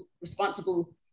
responsible